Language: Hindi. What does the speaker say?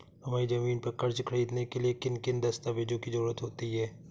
हमारी ज़मीन पर कर्ज ख़रीदने के लिए किन किन दस्तावेजों की जरूरत होती है?